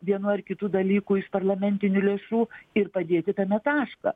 vienų ar kitų dalykų iš parlamentinių lėšų ir padėti tame tašką